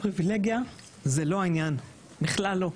פריבילגיה זה לא העניין, בכלל לא,